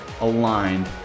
aligned